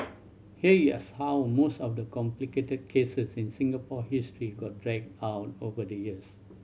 here is how most of the complicated cases in Singapore history got dragged out over the years